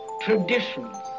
traditions